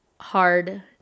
hard